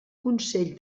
consell